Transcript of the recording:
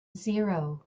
zero